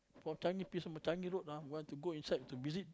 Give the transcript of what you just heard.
for Changi Prison but Changi road ah you want to go inside to visit